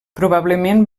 probablement